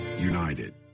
united